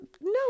No